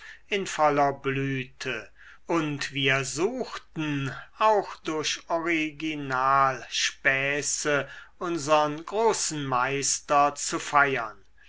in voller blüte und wir suchten auch durch originalspäße unsern großen meister zu feiern